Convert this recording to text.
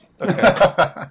Okay